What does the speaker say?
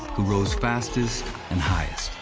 who rose fastest and highest.